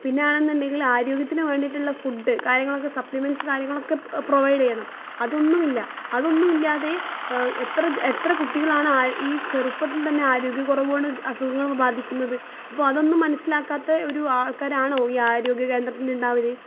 പിന്നെയാണെന്ന് ഉണ്ടെങ്കിൽ ആരോഗ്യത്തിന് വേണ്ടിയിട്ടുള്ള ഫുഡ്ഡ് കാര്യങ്ങളൊക്കെ സപ്പ്ളിമെൻട്സ് കാര്യങ്ങളൊക്കെ പ്രൊവൈഡ് ചെയ്യണം അതൊന്നുമില്ല അതൊന്നുമില്ലാതെ എത്ര ജെ എത്ര കുട്ടികളാണ് ഈ ചെറുപ്പത്തിൽ തന്നെ ആരോഗ്യ കുറവ് കൊണ്ട് അസുഖങ്ങള് ബാധിക്കുന്നത് അപ്പോൾ അതൊന്നും മനസ്സിലാക്കാത്തെ ഒരു ആൾക്കാരാണോ ഈ ആരോഗ്യ കേന്ദ്രത്തില് ഉണ്ടാവല്